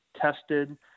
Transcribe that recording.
tested